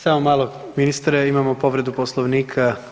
Samo malo ministre, imamo povredu Poslovnika.